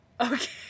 Okay